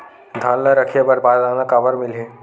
धान ल रखे बर बारदाना काबर मिलही?